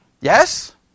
Yes